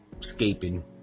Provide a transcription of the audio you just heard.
escaping